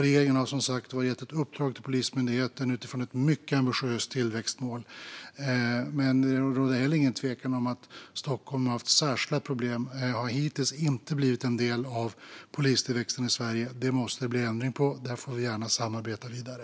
Regeringen har som sagt gett ett uppdrag till Polismyndigheten utifrån ett mycket ambitiöst tillväxtmål. Det råder dock heller ingen tvekan om att Stockholm har haft särskilda problem och hittills inte har utgjort en del av polistillväxten i Sverige. Det måste det bli ändring på, och där kan vi gärna samarbeta vidare.